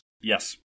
Yes